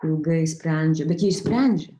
ilgai sprendžia bet jie išsprendžia